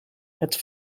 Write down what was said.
het